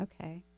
Okay